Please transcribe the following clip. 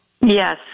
Yes